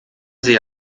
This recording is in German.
sie